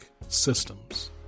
systems